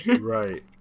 right